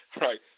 right